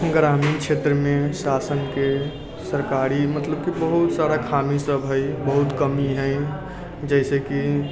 ग्रामीण क्षेत्रमे शासनके सरकारी मतलब की बहुत सारा खामी सब हय बहुत कमी हय जैसे कि